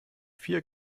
vier